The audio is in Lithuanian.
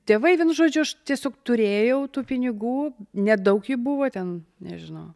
tėvai vienu žodžiu aš tiesiog turėjau tų pinigų nedaug jų buvo ten nežinau